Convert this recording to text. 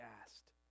asked